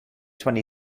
twenty